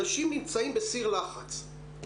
אנשים נמצאים בסיר לחץ.